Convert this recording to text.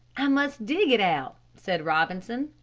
i must dig it out, said robinson.